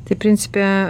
tai principe